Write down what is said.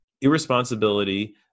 irresponsibility